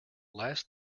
last